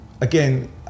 again